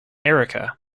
erica